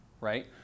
right